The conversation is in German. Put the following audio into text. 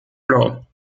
blau